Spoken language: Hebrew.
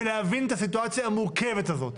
ולהבין את הסיטואציה המורכבת הזאת.